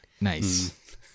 Nice